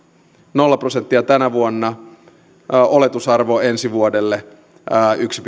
nolla prosenttia tänä vuonna oletusarvo ensi vuodelle yksi